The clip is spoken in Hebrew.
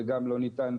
וגם לא ניתן,